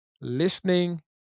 Listening